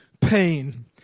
pain